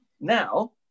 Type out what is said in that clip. now